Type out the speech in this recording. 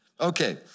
Okay